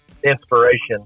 inspiration